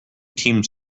teams